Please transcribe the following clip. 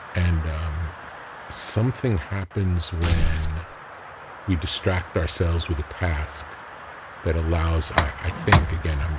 and um something happens when we distract ourselves with a task that allows i think, again, um